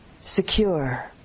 secure